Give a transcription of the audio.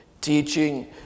teaching